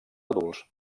adults